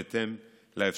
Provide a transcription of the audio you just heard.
בהתאם לאפשרויות,